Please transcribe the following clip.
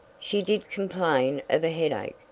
she did complain of a headache,